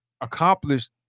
accomplished